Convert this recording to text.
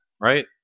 right